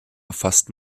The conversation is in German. erfasst